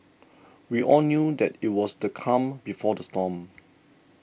we all knew that it was the calm before the storm